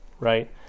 right